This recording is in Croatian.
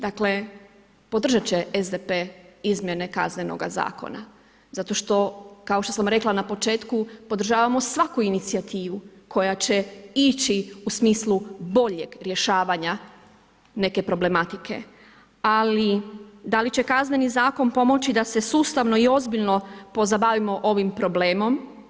Dakle podržati će SDP izmjene Kaznenoga zakona, zato što kao što sam rekla na početku podržavamo svaku inicijativu koja će ići u smislu boljeg rješavanja neke problematike ali da li će Kazneni zakon pomoći da se sustavno i ozbiljno pozabavimo ovim problemom?